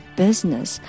business